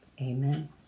Amen